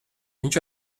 viņš